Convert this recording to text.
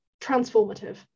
transformative